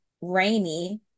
rainy